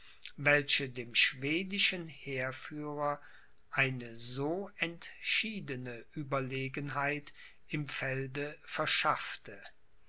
welche dem schwedischen heerführer eine so entschiedene ueberlegenheit im felde verschaffte